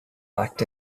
fact